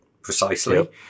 precisely